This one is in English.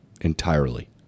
entirely